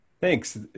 Thanks